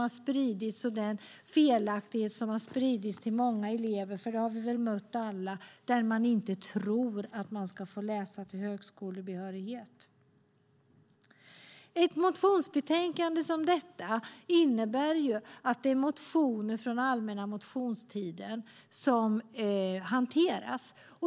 Det är en lögn och en felaktighet som har spridits till många elever, för vi har väl alla mött elever som tror att de inte ska få läsa till högskolebehörighet. Ett motionsbetänkande som detta innebär att det är motioner från allmänna motionstiden som hanteras.